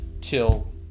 till